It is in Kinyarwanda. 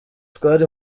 twari